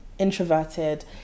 Introverted